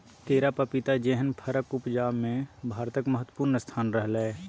केरा, पपीता जेहन फरक उपजा मे भारतक महत्वपूर्ण स्थान रहलै यै